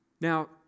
Now